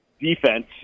defense